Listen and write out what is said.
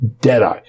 Deadeye